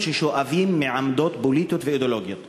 ששואבים מעמדות פוליטיות ואידיאולוגיות